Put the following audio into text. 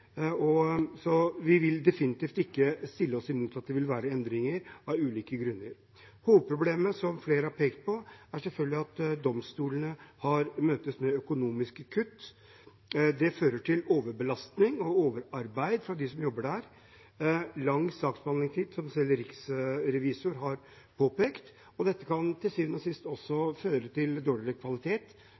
Vi vil definitivt ikke sette oss imot endringer, av ulike grunner. Hovedproblemet er, som flere har pekt på, selvfølgelig at domstolene møtes med økonomiske kutt. Det fører til overbelastning og overarbeid for dem som jobber der, og lang saksbehandlingstid, som Riksrevisoren har påpekt. Dette kan til syvende og sist føre til dårligere kvalitet